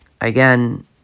again